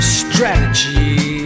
strategy